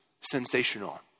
sensational